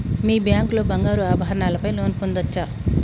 మీ bank లో బంగారు ఆభరణాల పై లోన్ పొందచ్చా?